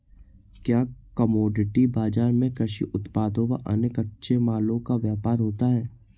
क्या कमोडिटी बाजार में कृषि उत्पादों व अन्य कच्चे मालों का व्यापार होता है?